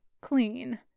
clean